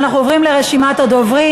אנחנו עוברים לרשימת הדוברים.